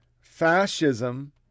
Fascism